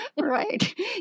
Right